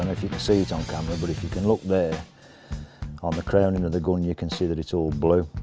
and if you can see it on camera but if you look there on the crowning of the gun you can see that it's all blue,